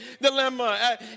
dilemma